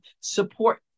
support